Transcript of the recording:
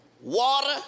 water